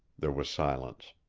there was silence.